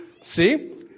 See